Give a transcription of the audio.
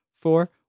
four